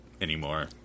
anymore